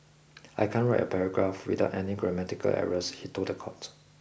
I can't write a paragraph without any grammatical errors he told the court